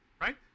right